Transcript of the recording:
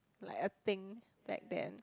like a thing back then